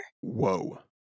Whoa